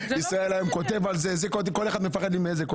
"ישראל היום" כותב על זה כל אחד מפחד מהכותרת.